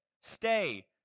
stay